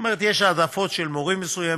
כלומר, יש העדפות של מורים מסוימים.